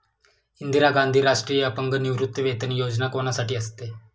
इंदिरा गांधी राष्ट्रीय अपंग निवृत्तीवेतन योजना कोणासाठी असते?